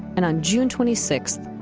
and on june twenty six,